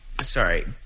Sorry